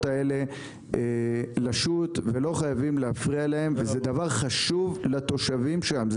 האלה לשוט ולא חייבים להפריע להם וזה דבר חשוב לתושבים שם,